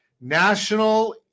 National